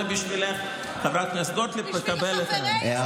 זה בשבילך, חברת הכנסת גוטליב, מקבל את ההערה.